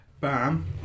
Bam